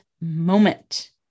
moment